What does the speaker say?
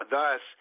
Thus